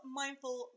mindful